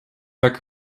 poke